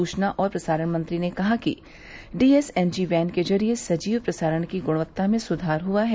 सूचना और प्रसारण मंत्री ने कहा कि डीएसएनजी वैन के जरिये सजीव प्रसारण की गुणवत्ता में सूधार हुआ है